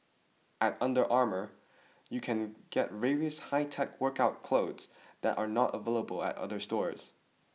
at Under Armour you can get various high tech workout clothes that are not available at other stores